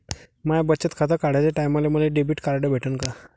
माय बचत खातं काढाच्या टायमाले मले डेबिट कार्ड भेटन का?